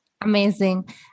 amazing